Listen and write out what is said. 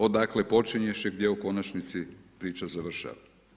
Odakle počinješ i gdje u konačnici priča završava.